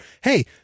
hey